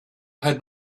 had